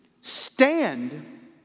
stand